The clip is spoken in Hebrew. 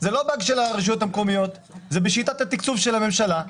וזו לא בעיה ברשויות אלא בשיטת התקצוב של הממשלה.